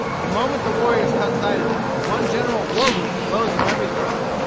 the moment the warriors caught sight of them, one general war-whoop rose from every throat.